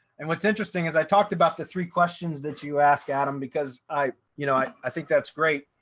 and what's interesting is i talked about the three questions that you ask adam, because i, you know, i i think that's great.